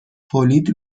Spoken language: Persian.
تولید